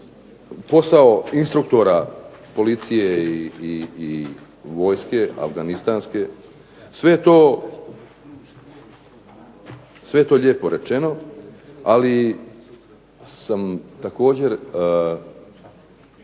posao instruktora policije i vojske, Afganistanske, sve je to lijepo rečeno ali sam također